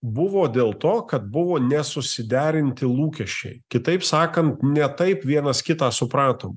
buvo dėl to kad buvo ne susiderinti lūkesčiai kitaip sakant ne taip vienas kitą supratom